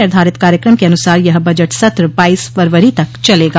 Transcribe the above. निर्धारित कार्यक्रम के अनुसार यह बजट सत्र बाईस फरवरी तक चलेगा